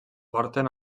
porten